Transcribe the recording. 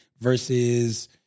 versus